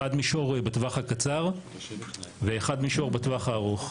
אחד מישור בטווח הקצר ואחד מישור בטווח הארוך,